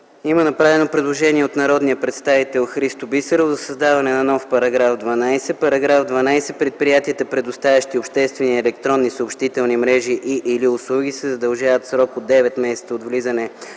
Има направено предложение от народния представител Христо Бисеров за създаване на нов § 12: „§ 12. Предприятията, предоставящи обществени електронни съобщителни мрежи и/или услуги се задължават в срок от 9 месеца от влизане